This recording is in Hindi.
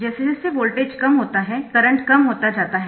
जैसे जैसे वोल्टेज कम होता है करंट कम होता जाता है